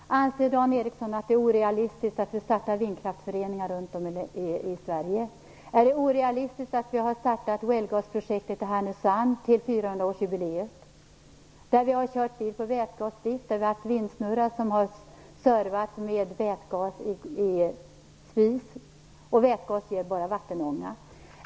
Herr talman! Anser Dan Ericsson att det är orealistiskt att vi startar vindkraftföreningar runt om i Sverige? Är det orealistiskt att vi har startat Wellgasprojektet i Härnösand till 400-årsjubileet? Där har vi kört bil på vätgasdrift och haft en vindsnurra som har servat med vätgas. Vätgas ger bara vattenånga.